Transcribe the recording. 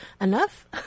enough